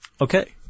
Okay